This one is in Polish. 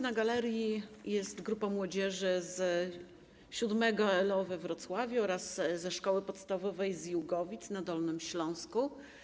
Na galerii jest grupa młodzieży z VII LO we Wrocławiu oraz ze szkoły podstawowej z Jugowic na Dolnym Śląsku.